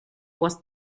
was